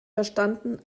verstanden